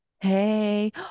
Hey